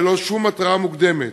וללא שום התראה מוקדמת.